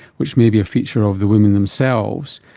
which may be a feature of the women themselves,